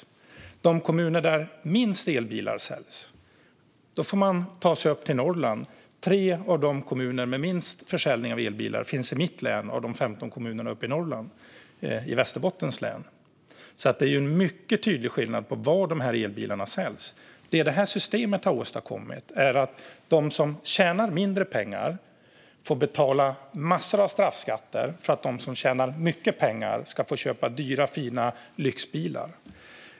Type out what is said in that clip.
När det gäller de kommuner där minst elbilar säljs får man ta sig upp till Norrland. 3 av de kommuner som har minst försäljning av elbilar finns i mitt län, Västerbottens län, som har 15 kommuner. Det är alltså en mycket tydlig skillnad på var elbilarna säljs. Det detta system har åstadkommit är att de som tjänar mindre pengar får betala massor av straffskatter för att de som tjänar mycket pengar ska få köpa dyra, fina lyxbilar.